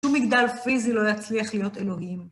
שום מגדל פיזי לא יצליח להיות אלוהים.